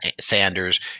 Sanders